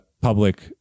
public